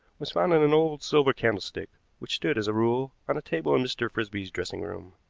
was found in an old silver candlestick, which stood, as a rule, on a table in mr. frisby's dressing-room.